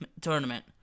Tournament